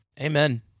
Amen